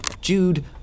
Jude